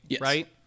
right